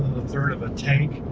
third of a tank.